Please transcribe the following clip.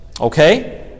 Okay